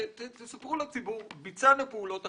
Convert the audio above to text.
תספרו לציבור שביצעתם פעולות אכיפה,